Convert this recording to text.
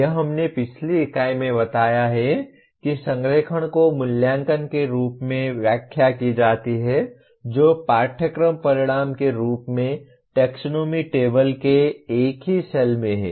यह हमने पिछली इकाई में बताया है कि संरेखण को मूल्यांकन के रूप में व्याख्या की जाती है जो पाठ्यक्रम परिणाम के रूप में टेक्सोनोमी टेबल के एक ही सेल में है